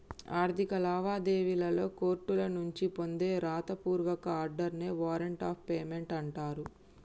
ఆర్థిక లావాదేవీలలో కోర్టుల నుంచి పొందే వ్రాత పూర్వక ఆర్డర్ నే వారెంట్ ఆఫ్ పేమెంట్ అంటరు